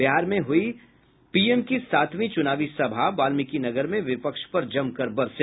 बिहार में हुयी पीएम की सातवीं चुनावी सभा वाल्मीकीनगर में विपक्ष पर जमकर बरसे